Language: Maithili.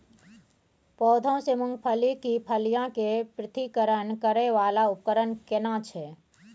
पौधों से मूंगफली की फलियां के पृथक्करण करय वाला उपकरण केना छै?